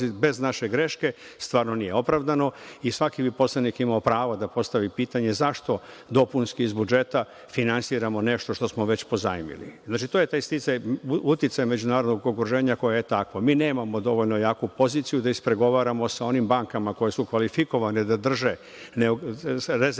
bez naše greške stvarno nije opravdano i svaki poslanik bi imao pravo da postavi pitanje zašto dopunski iz budžeta finansiramo nešto što smo već pozajmili. To je taj uticaj međunarodnog okruženja koje je takvo. Mi nemamo dovoljno jaku poziciju da ispregovaramo sa onim bankama koje su kvalifikovane da drže rezerve